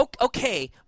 okay